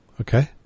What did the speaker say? Okay